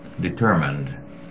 determined